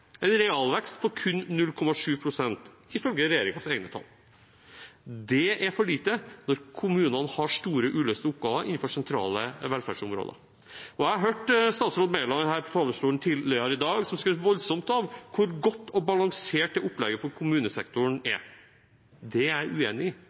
en realvekst på kun 0,7 pst. ifølge regjeringens egne tall. Det er for lite når kommunene har store uløste oppgaver innenfor sentrale velferdsområder. Jeg hørte statsråd Mæland på talerstolen tidligere i dag, som skrøt voldsomt av hvor godt og balansert opplegget for kommunesektoren er. Det er jeg uenig i.